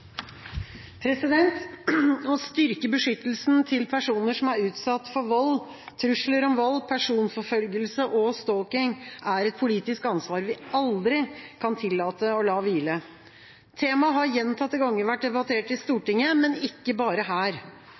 utsatt for vold, trusler om vold, personforfølgelse og stalking, er et politisk ansvar vi aldri kan tillate å la hvile. Temaet har gjentatte ganger vært debattert i Stortinget, men ikke bare her.